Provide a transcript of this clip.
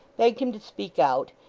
begged him to speak out,